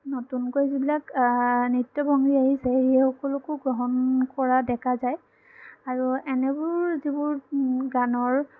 নতুনকৈ যিবিলাক নৃত্য ভংগী আহিছে সেই সকলোকো গ্ৰহণ কৰা দেখা যায় আৰু এনেবোৰ যিবোৰ গানৰ